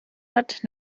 hat